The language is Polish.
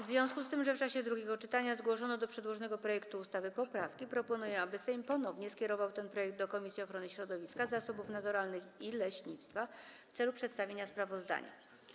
W związku z tym, że w czasie drugiego czytania zgłoszono do przedłożonego projektu ustawy poprawki, proponuję, aby Sejm ponownie skierował ten projekt do Komisji Ochrony Środowiska, Zasobów Naturalnych i Leśnictwa w celu przedstawienia sprawozdania.